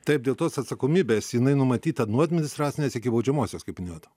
taip dėl tos atsakomybės jinai numatyta nuo administracinės iki baudžiamosios kaip minėjot